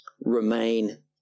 remain